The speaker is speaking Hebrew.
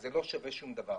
אז זה לא שווה שום דבר.